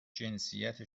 جنسیت